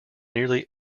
nearly